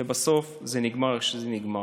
ובסוף זה נגמר איך שזה נגמר.